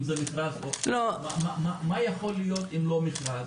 אם זה מכרז --- מה יכול להיות אם לא מכרז?